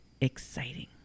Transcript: exciting